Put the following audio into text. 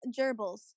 gerbils